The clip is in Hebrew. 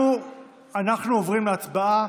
אנחנו עוברים להצבעה.